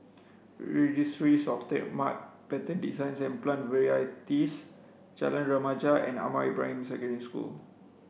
Registries Of Trademark Patents Designs and Plant Varieties Jalan Remaja and Ahmad Ibrahim Secondary School